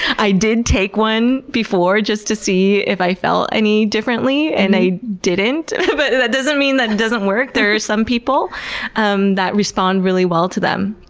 i did take one before, just to see if i felt any differently, and i didn't, but that doesn't mean that it doesn't work. there are some people um that respond really well to them.